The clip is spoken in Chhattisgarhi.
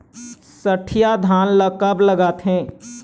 सठिया धान ला कब लगाथें?